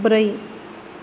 ब्रै